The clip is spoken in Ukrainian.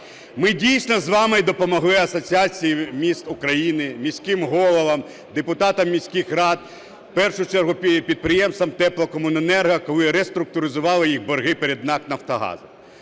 Ми дійсно з вами допомогли Асоціації міст України, міським головам, депутатам міських рад, в першу чергу підприємствам теплокомуненерго, коли реструктуризували їх борги перед НАК "Нафтогаз".